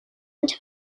into